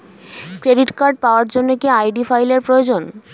Credit card পাওয়ার জন্য কি আই.ডি ফাইল এর প্রয়োজন?